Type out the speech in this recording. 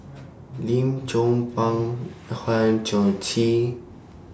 Lim Chong Pang Hang Chang Chieh